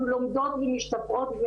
אנחנו לומדות ומשתפרות,